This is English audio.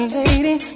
lady